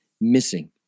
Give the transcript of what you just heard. missing